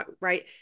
right